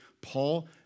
Paul